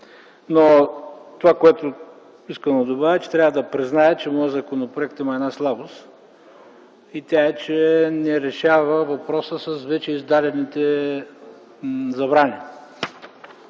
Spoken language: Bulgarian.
Това, което искам да добавя е, че трябва да призная, че моят законопроект има една слабост и тя е, че не решава въпроса с вече издадените забрани.